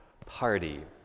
party